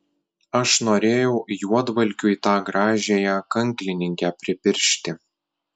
aš norėjau juodvalkiui tą gražiąją kanklininkę pripiršti